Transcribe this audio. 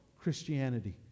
Christianity